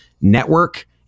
network